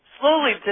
slowly